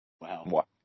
Wow